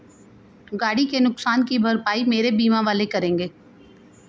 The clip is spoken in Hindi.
गाड़ी के नुकसान की भरपाई मेरे बीमा वाले करेंगे